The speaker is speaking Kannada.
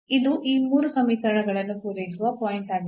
ಇದು ಈ ಮೂರು ಸಮೀಕರಣಗಳನ್ನು ಪೂರೈಸುವ ಪಾಯಿಂಟ್ ಆಗಿದೆ